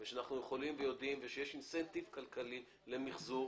יש פה שאלות משאלות רבות, נצטרך לראות איך פותרים